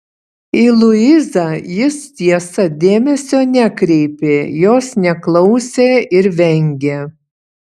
į luizą jis tiesa dėmesio nekreipė jos neklausė ir vengė